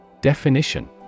definition